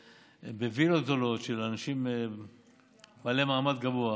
בווילות גדולות של אנשים בעלי מעמד גבוה,